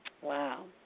Wow